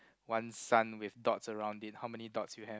one sun with dots around it how many dots you have